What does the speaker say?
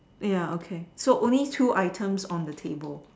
ya okay so only two items on the table